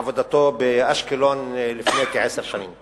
בעבודתו באשקלון לפני כעשר שנים,